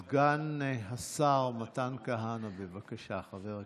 סגן השר מתן כהנא, בבקשה, חבר הכנסת.